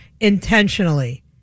intentionally